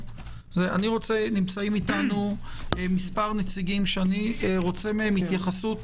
נמצאים אתנו מספר נציגים שאני רוצה מהם התייחסות